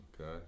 Okay